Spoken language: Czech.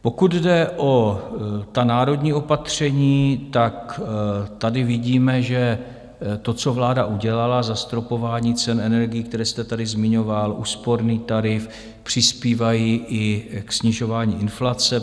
Pokud jde o národní opatření, tady vidíme, že to, co vláda udělala zastropování cen energií, které jste tady zmiňoval, úsporný tarif přispívají i k snižování inflace.